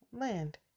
land